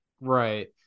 right